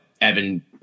Evan